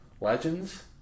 Legends